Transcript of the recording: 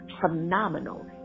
phenomenal